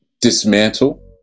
dismantle